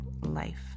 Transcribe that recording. life